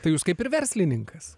tai jūs kaip ir verslininkas